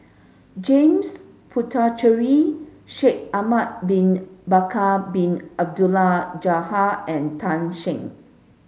James Puthucheary Shaikh Ahmad bin Bakar Bin Abdullah Jabbar and Tan Shen